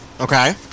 Okay